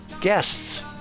guests